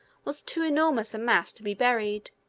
was too enormous a mass to be buried.